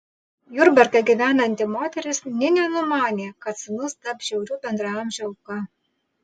jurbarke gyvenanti moteris nė nenumanė kad sūnus taps žiaurių bendraamžių auka